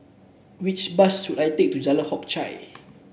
which bus should I take to Jalan Hock Chye